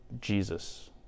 Jesus